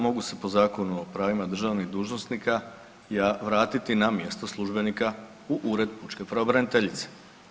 Mogu se po Zakonu o pravima državnih dužnosnika vratiti na mjesto službenika u Ured pučke pravobraniteljice.